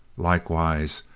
likewise,